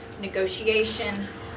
negotiations